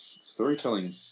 Storytelling